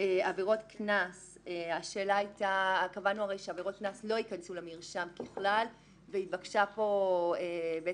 עבירות קנס קבענו שעבירות קנס לא ייכנסו למרשם ככלל והתבקשה בקשה